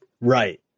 right